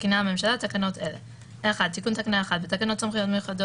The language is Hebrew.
מתקינה הממשלה תקנות אלה: תיקון תקנה 1 1. בתקנות סמכויות מיוחדות